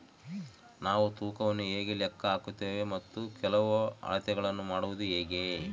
ನಾವು ತೂಕವನ್ನು ಹೇಗೆ ಲೆಕ್ಕ ಹಾಕುತ್ತೇವೆ ಮತ್ತು ಕೆಲವು ಅಳತೆಗಳನ್ನು ಮಾಡುವುದು ಹೇಗೆ?